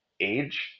age